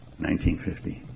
1950